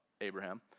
Abraham